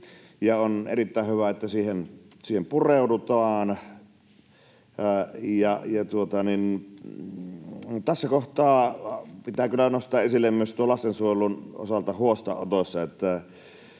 On erittäin hyvä, että siihen pureudutaan. Tässä kohtaa pitää kyllä nostaa esille lastensuojelun osalta myös huostaanotot ja